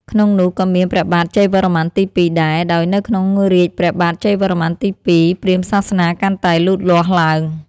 ក្នុងនោះក៏មានព្រះបាទជ័យវរ្ម័នទី២ដែរ ដោយនៅក្នុងរាជ្យព្រះបាទជ័យវរ្ម័នទី២ ព្រាហ្មណ៍សាសនាកាន់តែលូតលាស់ឡើង។